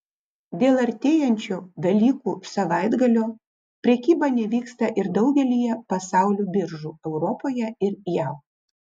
dėl artėjančio velykų savaitgalio prekyba nevyksta ir daugelyje pasaulio biržų europoje ir jav